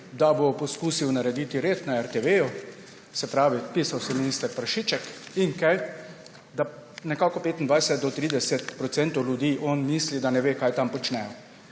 da bo poskusil narediti red na RTV, pisal se je minister Prešiček, in da za nekako 25 % do 30 % ljudi on misli, da ne ve, kaj tam počnejo.